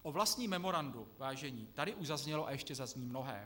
O vlastním memorandu, vážení, tady už zaznělo a ještě zazní mnohé.